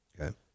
okay